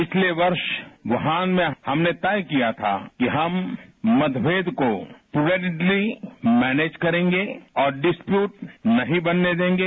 पिछले वर्ष व्रहान में हमने तय किया था कि हम मतभेद को प्रोवेडेडली मैनेज करेंगे और डिस्प्यूट नहीं बनने देंगे